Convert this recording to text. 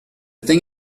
thing